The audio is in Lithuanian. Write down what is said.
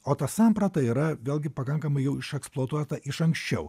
o ta samprata yra vėlgi pakankamai jau išeksploatuota iš anksčiau